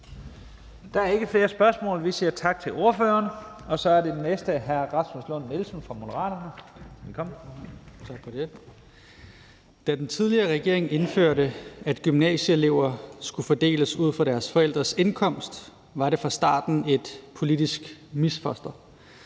Der er ikke flere spørgsmål. Vi siger tak til ordføreren. Og så er den næste hr. Rasmus Lund-Nielsen fra Moderaterne. Velkommen. Kl. 11:46 (Ordfører) Rasmus Lund-Nielsen (M): Da den tidligere regering indførte, at gymnasieelever skulle fordeles ud fra deres forældres indkomst, var det fra starten et politisk misfoster.